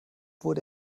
wurde